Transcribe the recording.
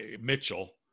Mitchell